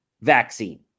vaccine